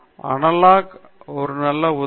analogue ஒரு நல்ல உதவி